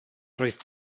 roedd